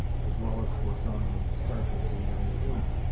as well as for some sartainty in the aim,